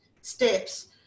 steps